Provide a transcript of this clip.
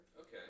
Okay